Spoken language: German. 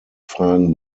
fragen